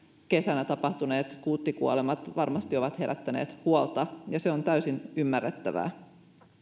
kesänä tapahtuneet kuuttikuolemat varmasti ovat herättäneet huolta ja se on täysin ymmärrettävää